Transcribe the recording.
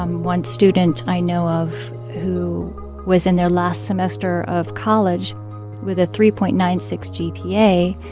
um one student i know of who was in their last semester of college with a three point nine six gpa,